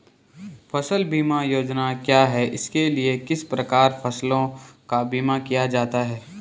फ़सल बीमा योजना क्या है इसके लिए किस प्रकार फसलों का बीमा किया जाता है?